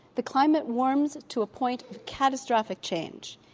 the climate warms to a point of catastrophic change.